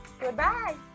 Goodbye